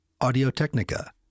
Audio-Technica